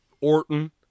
Orton